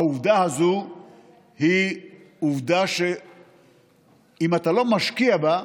העובדה הזו היא עובדה שאם אתה לא משקיע בה,